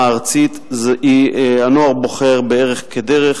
הארצית היא: "הנוער בוחר בערך כדרך",